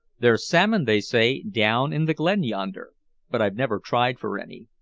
there's salmon, they say, down in the glen yonder but i've never tried for any.